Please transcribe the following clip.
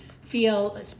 feel